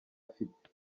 afite